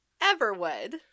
Everwood